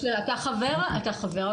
אתה חבר אגודה.